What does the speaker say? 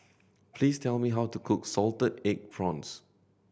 please tell me how to cook salted egg prawns